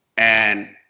and,